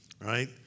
Right